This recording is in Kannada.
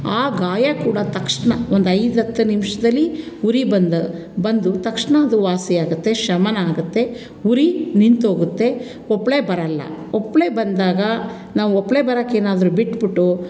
ಆ ಗಾಯ ಕೂಡ ತಕ್ಷಣ ಒಂದು ಐದು ಹತ್ತು ನಿಮಿಷ್ದಲ್ಲಿ ಉರಿ ಬಂದು ಬಂದು ತಕ್ಷಣ ಅದು ವಾಸಿ ಆಗುತ್ತೆ ಶಮನ ಆಗುತ್ತೆ ಉರಿ ನಿಂತೋಗುತ್ತೆ ಒಪ್ಳೆ ಬರೋಲ್ಲ ಒಪ್ಳೆ ಬಂದಾಗ ನಾವು ಒಪ್ಳೆ ಬರೋಕೆ ಏನಾದ್ರೂ ಬಿಟ್ಟು ಬಿಟ್ಟು